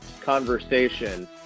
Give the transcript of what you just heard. conversation